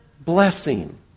blessing